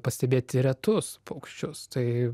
pastebėti retus paukščius tai